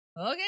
Okay